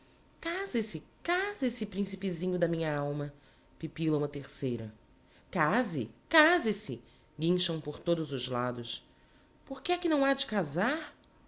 dama case-se case-se principezinho da minha alma pipíla uma terceira case case-se guincham por todos os lados por que é que não ha de casar